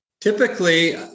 Typically